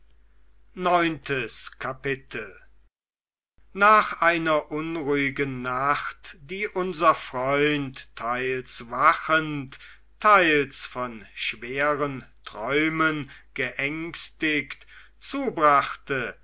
neuntes kapitel nach einer unruhigen nacht die unser freund teils wachend teils von schweren träumen geängstigt zubrachte